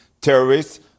terrorists